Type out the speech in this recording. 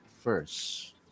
first